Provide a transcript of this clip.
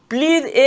Please